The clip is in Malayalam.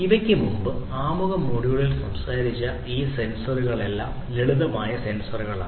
ഇവയ്ക്ക് മുമ്പ് ആമുഖ മോഡ്യൂളിൽ സംസാരിച്ച ഈ സെൻസറുകളെല്ലാം ലളിതമായ സെൻസറുകളാണ്